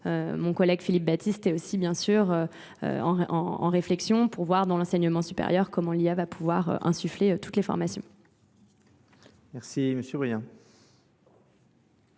Mon collègue Philippe Battiste est aussi bien sûr en réflexion pour voir dans l'enseignement supérieur comment l'IA va pouvoir insuffler toutes les formations. Merci, M. Brouillard.